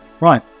Right